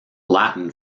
latin